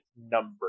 number